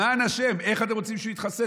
למען השם, איך אתם רוצים שהוא יתחסן?